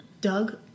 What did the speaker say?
Doug